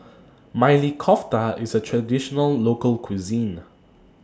Maili Kofta IS A Traditional Local Cuisine